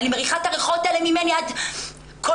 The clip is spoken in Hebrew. אני מריחה את הריחות האלה ממני כל רגע.